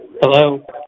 Hello